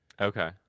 Okay